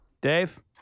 Dave